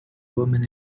woman